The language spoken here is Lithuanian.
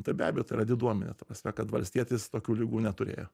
tai be abejo tai yra diduomenė ta prasme kad valstietis tokių ligų neturėjo